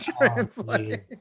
translate